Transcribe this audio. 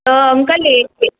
त अंकल हीअ